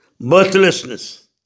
birthlessness